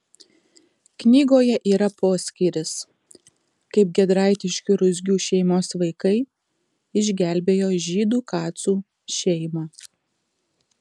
knygoje yra poskyris kaip giedraitiškių ruzgių šeimos vaikai išgelbėjo žydų kacų šeimą